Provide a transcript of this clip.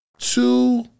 Two